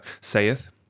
saith